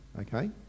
Okay